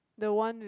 the one with